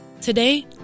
Today